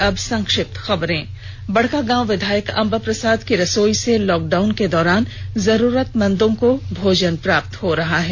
और अब संक्षिप्त खबरें बड़कागांव विधायक अंबा प्रसाद की रसोई से लॉकडाउन के दौरान जरूरतमंद लोगों को भोजन प्राप्त हो रहा है